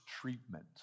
treatment